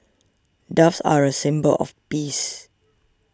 doves are a symbol of peace